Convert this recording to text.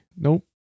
Nope